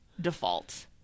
default